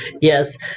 yes